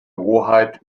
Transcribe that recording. hoheit